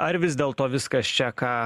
ar vis dėlto viskas čia ką